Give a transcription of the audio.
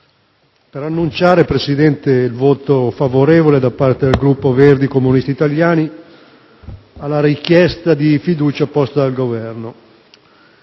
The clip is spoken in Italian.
Presidente, dichiaro il voto favorevole da parte del Gruppo Verdi-Comunisti Italiani alla richiesta di fiducia posta dal Governo.